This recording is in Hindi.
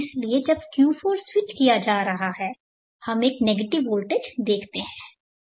इसलिए जब Q4 स्विच किया जा रहा है हम एक नेगेटिव वोल्टेज देखते हैं